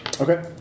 Okay